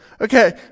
Okay